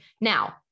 Now